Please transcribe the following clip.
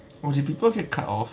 oh did people get cut off